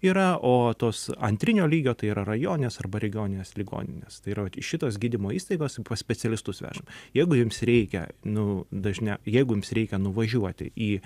yra o tos antrinio lygio tai yra rajoninės arba regioninės ligoninės tai yra vat šitos gydymo įstaigos pas specialistus vežam jeigu jums reikia nu dažnia jeigu jums reikia nuvažiuoti į